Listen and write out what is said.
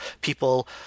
People